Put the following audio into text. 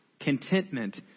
contentment